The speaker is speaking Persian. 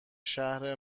شهر